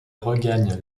regagne